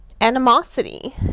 animosity